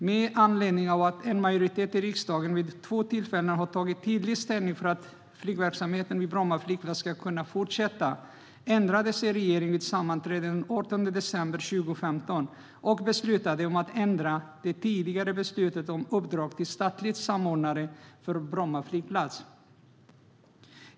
Med anledning av att en majoritet i riksdagen vid två tillfällen har tagit tydlig ställning för att flygverksamheten vid Bromma flygplats ska kunna fortsätta ändrade sig regeringen vid ett sammanträde den 18 december 2015 och beslutade att ändra det tidigare beslutet om uppdrag till statlig samordnare för Bromma flygplats.